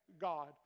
God